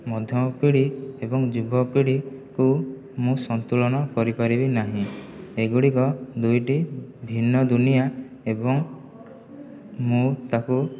ମଧ୍ୟମ ପିଢ଼ି ଏବଂ ଯୁବପିଢ଼ିକୁ ମୁଁ ସନ୍ତୁଳନ କରିପାରିବି ନାହିଁ ଏଗୁଡ଼ିକ ଦୁଇଟି ଭିନ୍ନ ଦୁନିଆ ଏବଂ ମୁଁ ତାକୁ